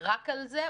רק על זה,